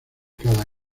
cada